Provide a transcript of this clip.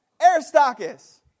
Aristarchus